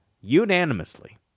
unanimously